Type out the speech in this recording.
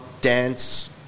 dance